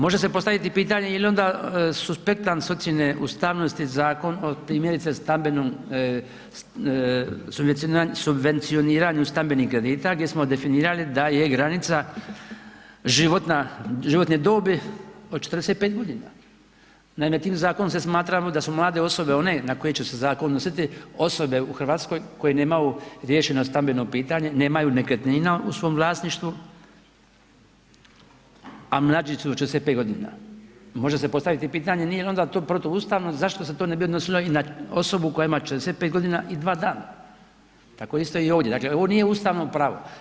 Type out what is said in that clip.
Može se postaviti i pitanje jel onda suspektan s ocijene ustavnosti Zakon od primjerice stambenom, subvencioniranju stambenih kredita gdje smo definirali da je granica životna, životne dobi od 45.g. Naime, tim zakonom se smatra da su mlade osobe one na koje će se zakon odnositi, osobe u RH koje nemaju riješeno stambeno pitanje, nemaju nekretnina u svom vlasništvu, a mlađi su od 45.g., može se postavit i pitanje nije li to onda protuustavno zašto se to ne bi odnosilo i na osobu koja ima 45.g. i dva dana, tako isto ovdje, dakle ovo nije ustavno pravo.